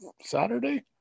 Saturday